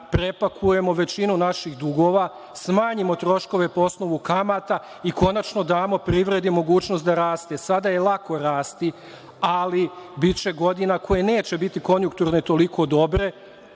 prepakujemo većinu naših dugova, smanjimo troškove po osnovu kamata i konačno damo privredi mogućnost da raste? Sada je lako rasti, ali biće godina koje neće biti konjukturne i toliko dobro,